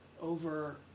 over